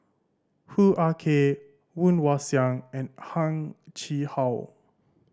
Hoo Ah Kay Woon Wah Siang and Heng Chee How